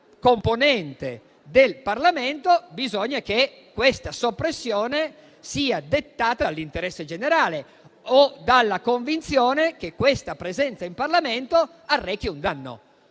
componente del Parlamento, bisogna che questa soppressione sia dettata dall'interesse generale o dalla convinzione che tale presenza in Parlamento arrechi un danno.